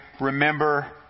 remember